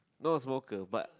no smoker but